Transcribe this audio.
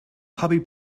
puppy